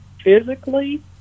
physically